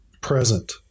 present